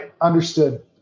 Understood